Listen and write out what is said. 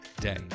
day